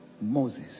Moses